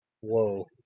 Whoa